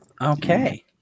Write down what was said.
okay